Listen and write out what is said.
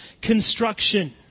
construction